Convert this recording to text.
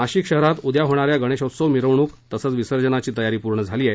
नाशिक शहरात उद्या होणाऱ्या गणेशोत्सव मिरवणूक तसेच विसर्जनाची तयारी पूर्ण झाली आहे